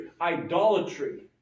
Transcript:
idolatry